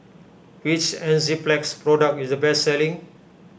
which Enzyplex product is the best selling